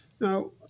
Now